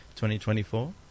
2024